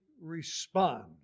respond